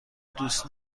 دوست